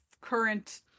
current